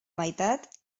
meitat